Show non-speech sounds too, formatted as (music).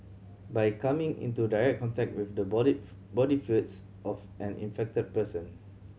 by coming into direct contact with the body (unintelligible) body fluids of an infected person